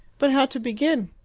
but how to begin?